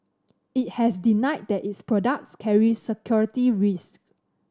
it has denied that its products carry security risks